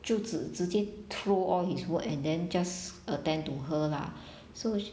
就直直接 throw all his work and then just attend to her lah so